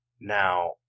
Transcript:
Now